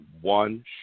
one